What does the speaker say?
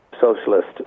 socialist